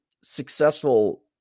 successful